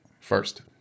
first